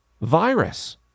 virus